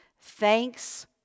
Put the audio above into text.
thanks